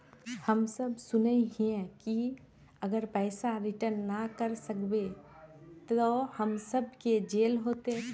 हम सब सुनैय हिये की अगर पैसा रिटर्न ना करे सकबे तो हम सब के जेल होते?